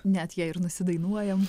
net jei ir nusidainuojam